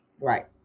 Right